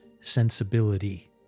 sensibility